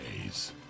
days